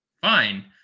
fine